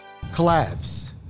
Collabs